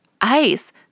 ice